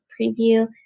preview